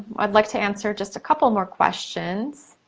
i'd like to answer just a couple more questions.